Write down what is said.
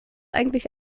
eigentlich